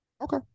Okay